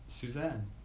Suzanne